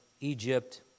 Egypt